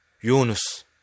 Yunus